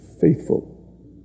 Faithful